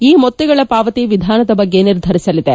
ಈ ಮೊತ್ತಗಳ ಪಾವತಿ ವಿಧಾನದ ಬಗ್ಗೆ ನಿರ್ಧರಿಸಲಿದೆ